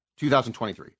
2023